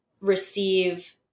receive